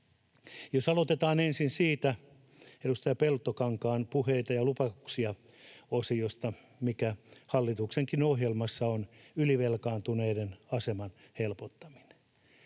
Jos aloitetaan ensin siitä edustaja Peltokankaan puheita ja lupauksia -osiosta, mikä hallituksenkin ohjelmassa on, ylivelkaantuneiden aseman helpottaminen,